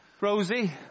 Rosie